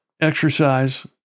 exercise